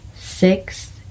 six